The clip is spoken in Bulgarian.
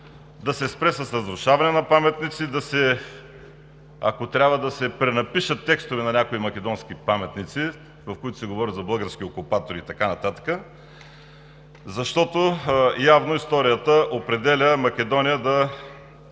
да спре с разрушаването на паметници. Ако трябва, да се пренапишат текстове на някои македонски паметници, в които се говори за български окупатори и така нататък. Защото явно историята определя Македония да